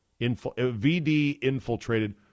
VD-infiltrated